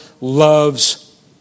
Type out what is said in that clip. loves